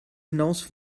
hinaus